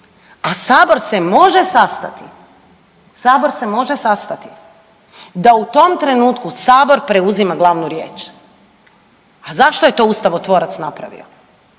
Sabor se može sastati da u tom trenutku Sabor preuzima glavnu riječ. A zašto je to ustavotvorac napravio?